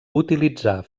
utilitzar